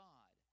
God